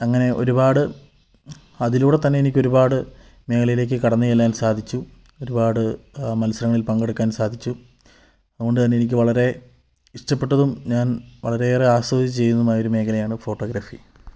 അങ്ങനെ ഒരുപാട് അതിലൂടെ തന്നെ എനിക്കൊരുപാട് മേഖലയിലേക്ക് കടന്ന് ചെല്ലാൻ സാധിച്ചു ഒരുപാട് മത്സരങ്ങളിൽ പങ്കെടുക്കാൻ സാധിച്ചു അതുകൊണ്ട് തന്നെ എനിക്ക് വളരെ ഇഷ്ടപെട്ടതും ഞാൻ വളരെയേറെ ആസ്വദിച്ച് ചെയ്യുന്നതുമായൊരു മേഖലയാണ് ഫോട്ടോഗ്രാഫി